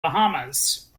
bahamas